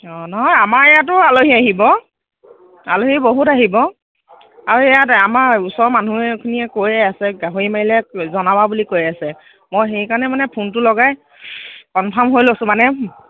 অঁ নহয় আমাৰ ইয়াতো আলহী আহিব আলহী বহুত আহিব আৰু ইয়াত আমাৰ ওচৰৰ মানুহেখিনিয়ে কৈয়ে আছে গাহৰি মাৰিলে জনাবা বুলি কৈ আছে মই সেইকাৰণে মানে ফোনটো লগাই কনফাৰ্ম হৈ লৈছোঁ মানে